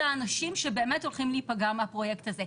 אלה האנשים שבאמת הולכים להיפגע מהפרויקט הזה.